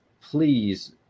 please